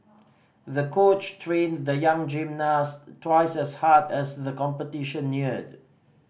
the coach trained the young gymnast twice as hard as the competition neared